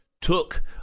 took